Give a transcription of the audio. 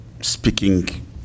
speaking